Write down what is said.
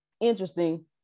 interesting